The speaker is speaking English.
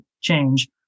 change